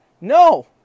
No